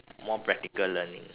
more practical learning